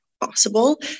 possible